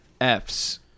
F's